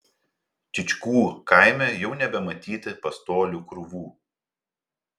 čyčkų kaime jau nebematyti pastolių krūvų